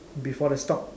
before the stock